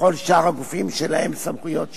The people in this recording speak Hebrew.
וכל שאר הגופים שלהם סמכויות שיפוט,